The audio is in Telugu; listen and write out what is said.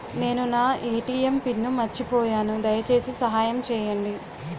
నేను నా ఎ.టి.ఎం పిన్ను మర్చిపోయాను, దయచేసి సహాయం చేయండి